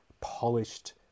polished